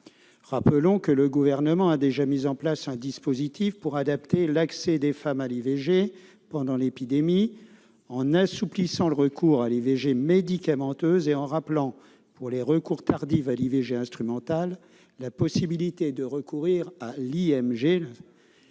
semaine. Le Gouvernement a déjà mis en place un dispositif pour adapter l'accès des femmes à l'IVG pendant l'épidémie en assouplissant le recours à l'IVG médicamenteuse et en rappelant, pour les recours tardifs à l'IVG instrumentale, la possibilité de recourir à l'IMG